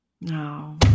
No